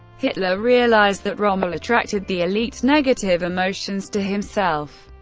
hitler realized that rommel attracted the elites' negative emotions to himself,